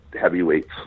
heavyweights